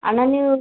ಅಣ್ಣ ನೀವು